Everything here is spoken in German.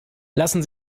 lassen